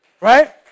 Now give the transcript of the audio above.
Right